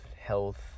health